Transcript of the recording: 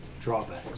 drawbacks